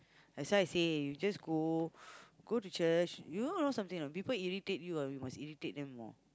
that's why I say you just go go to church you know something or not people irritate you ah you must irritate them more